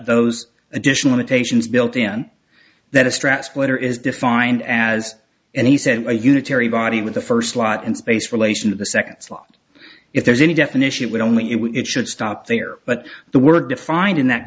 those additional imitations built in that a strap splitter is defined as and he said a unitary body with the first slot in space relation to the second slot if there's any definition it would only if it should stop there but the word defined in that